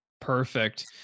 Perfect